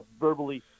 verbally